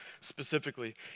specifically